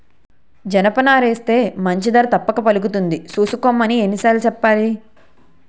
జనపనారేస్తే మంచి ధర తప్పక పలుకుతుంది సూసుకోమని ఎన్ని సార్లు సెప్పాలి?